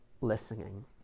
listening